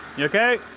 okay?